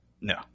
No